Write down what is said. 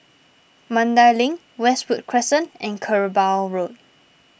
Mandai Link Westwood Crescent and Kerbau Road